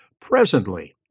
presently